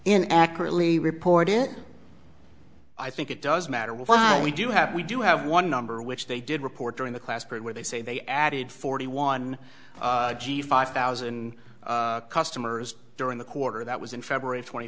in accurately reporting i think it does matter what we do have we do have one number which they did report during the class period where they say they added forty one five thousand customers during the quarter that was in february twenty